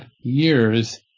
years